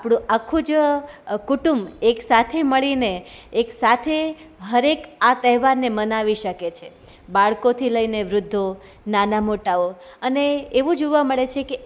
આપણું આખું જ કુંટુંબ એક સાથે મળીને એક સાથે હરેક આ તહેવારને મનાવી શકે છે બાળકોથી લઈને વૃદ્ધો નાના મોટાઓ અને એવું જોવા મળે છે કે